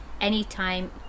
Anytime